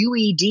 UED